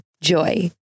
JOY